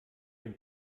dem